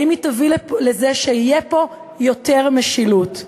האם היא תביא לזה שתהיה פה יותר משילות?